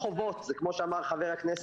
כמו שאמר חבר הכנסת אזולאי,